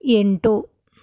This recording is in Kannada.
ಎಂಟು